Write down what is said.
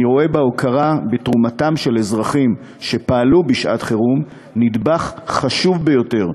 אני רואה בהוקרת תרומתם של אזרחים שפעלו בשעת חירום נדבך חשוב ביותר,